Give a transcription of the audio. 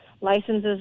licenses